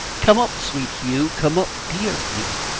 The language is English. come up, sweet hugh, come up, dear hugh,